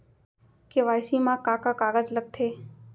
KYC मा का का कागज लगथे?